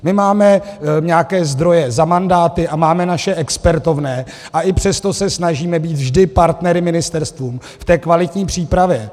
My máme nějaké zdroje za mandáty a máme naše expertovné, a i přesto se snažíme být vždy partnery ministerstvům v té kvalitní přípravě.